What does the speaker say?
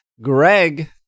Greg